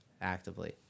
actively